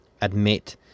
admit